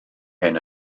hyn